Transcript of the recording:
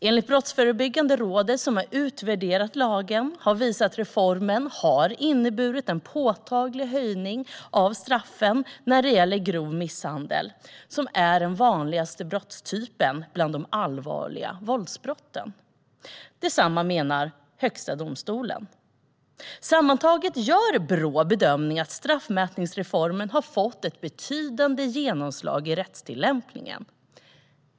Enligt Brottsförebyggande rådet, som har utvärderat lagen, har reformen inneburit en påtaglig höjning av straffen när det gäller grov misshandel, som är den vanligaste brottstypen bland de allvarliga våldsbrotten. Detsamma menar Högsta domstolen. Sammantaget gör Brå bedömningen att straffmätningsreformen har fått ett betydande genomslag i rättstillämpningen.